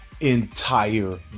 entire